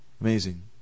Amazing